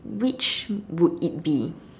which would it be